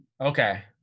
Okay